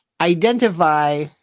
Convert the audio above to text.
identify